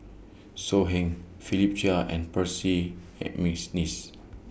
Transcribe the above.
So Heng Philip Chia and Percy Mcneice